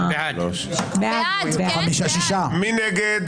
מי נגד?